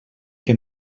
que